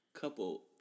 Couple